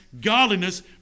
godliness